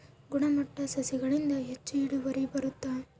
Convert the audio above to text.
ಗುಣಮಟ್ಟ ಸಸಿಗಳಿಂದ ಹೆಚ್ಚು ಇಳುವರಿ ಬರುತ್ತಾ?